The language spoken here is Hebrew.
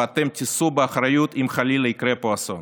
ואתם תישאו באחריות אם חלילה יקרה פה אסון.